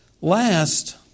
Last